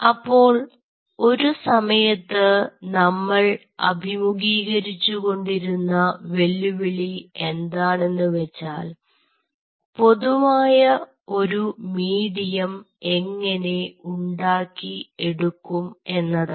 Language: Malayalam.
അപ്പോൾ ഒരു സമയത്ത് നമ്മൾ അഭിമുഖീകരിച്ചുകൊണ്ടിരുന്ന വെല്ലുവിളി എന്താണെന്ന് വെച്ചാൽ പൊതുവായ ഒരു മീഡിയം എങ്ങനെ ഉണ്ടാക്കി എടുക്കും എന്നതാണ്